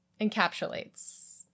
encapsulates